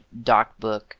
DocBook